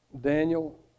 Daniel